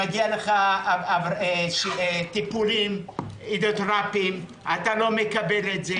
מגיע לך טיפולים הידרותרפיים ואתה לא מקבל אותם.